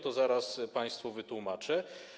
To zaraz państwu wytłumaczę.